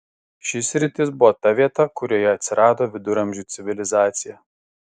ši sritis buvo ta vieta kurioje atsirado viduramžių civilizacija